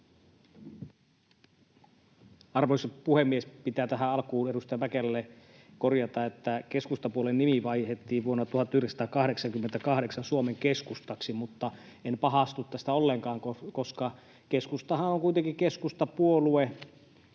Arvoisa puhemies! Pitää tähän alkuun edustaja Mäkelälle korjata, että keskustapuolueen nimi vaihdettiin vuonna 1988 Suomen Keskustaksi, mutta en pahastu tästä ollenkaan, koska keskustahan on kuitenkin keskustapuolue